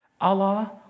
Allah